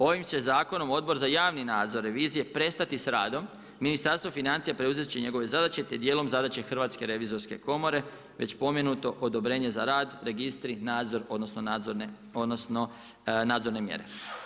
Ovim će zakonom Odbor za javni nadzor revizije, prestati sa radom, Ministarstvo financija preuzet će njegove zadaće te dijelom zadaće Hrvatske revizorske komore već spomenuto odobrenje za rad, registri, nadzor, odnosno nadzorne mjere.